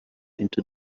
into